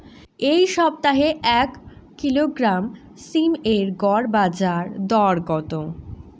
এই সপ্তাহে এক কিলোগ্রাম সীম এর গড় বাজার দর কত?